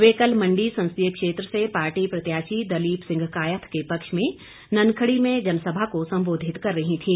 वे कल मंडी संसदीय क्षेत्र से पार्टी प्रत्याशी दलीप सिंह कायथ के पक्ष में ननखड़ी में जनसभा को संबोधित कर रही थीं